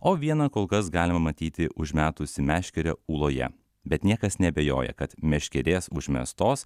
o vieną kol kas galima matyti užmetusį meškerę ūloje bet niekas neabejoja kad meškerės užmestos